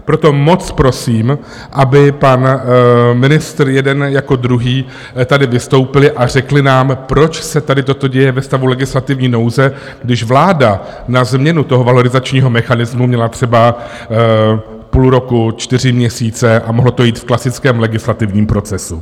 Proto moc prosím, aby pan ministr jeden jako druhý tady vystoupili a řekli nám, proč se tady toto děje ve stavu legislativní nouze, když vláda na změnu toho valorizačního mechanismu měla třeba půl roku, čtyři měsíce a mohlo to jít v klasickém legislativním procesu.